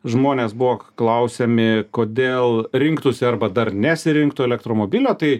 žmonės buvo klausiami kodėl rinktųsi arba dar nesirinktų elektromobilio tai